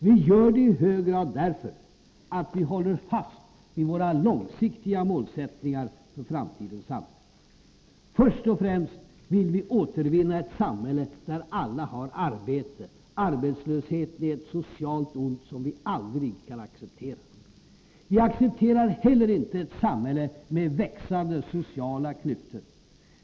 Vi gör det i hög grad därför att vi håller fast vid våra långsiktiga målsättningar för framtidens samhälle. Först och främst vill vi återvinna ett samhälle där alla har arbete. Arbetslösheten är ett socialt ont som vi aldrig kan acceptera. Vi accepterar heller inte ett samhälle med växande sociala klyftor.